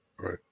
Right